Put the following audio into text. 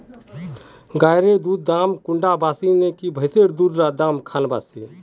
गायेर दुधेर दाम कुंडा बासी ने भैंसेर दुधेर र दाम खान बासी?